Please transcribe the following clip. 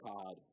God